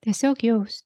tiesiog jaus